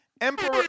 Emperor